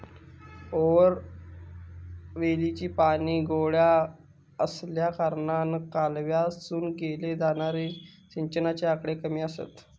बोअरवेलीचा पाणी गोडा आसल्याकारणान कालव्यातसून केले जाणारे सिंचनाचे आकडे कमी आसत